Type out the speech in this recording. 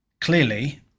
Clearly